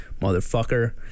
motherfucker